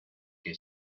que